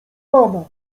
pana